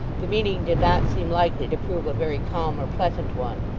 the meeting did not seem likely to prove a very calm or pleasant one.